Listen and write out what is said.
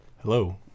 Hello